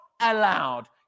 allowed